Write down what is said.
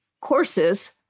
courses